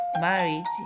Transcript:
marriage